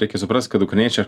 reikia suprast kad ukrainiečiai